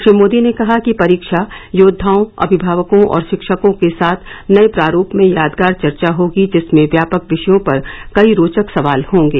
श्री मोदी ने कहा कि परीक्षा योद्वाओं अमिमावकों और शिक्षकों के साथ नए प्रारूप में यादगार चर्चा होगी जिसमें व्यापक विषयों पर कई रोचक सवाल होंगे